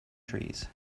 trees